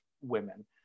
women